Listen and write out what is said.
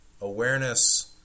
Awareness